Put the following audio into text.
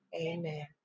Amen